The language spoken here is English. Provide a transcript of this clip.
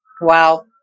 Wow